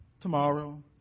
tomorrow